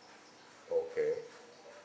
okay